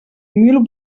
mil